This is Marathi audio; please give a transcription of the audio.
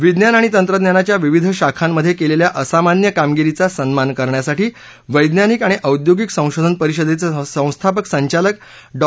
विज्ञान आणि तंत्रज्ञानाच्या विविध शाखांमध्ये केलेल्या असामान्य कामगिरीचा सन्मान करण्यासाठी वैज्ञानिक आणि औद्योगिक संशोधन परिषदेचे संस्थापक संचालक डॉ